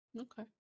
okay